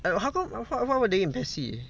I don't know how come how come they in PES C